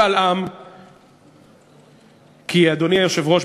אדוני היושב-ראש: